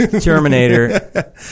Terminator